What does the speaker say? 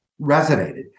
resonated